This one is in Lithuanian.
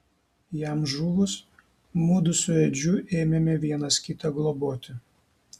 jam žuvus mudu su edžiu ėmėme vienas kitą globoti